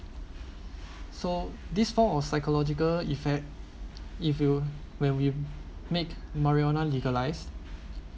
so this form of psychological effect if you when we make marijuana legalized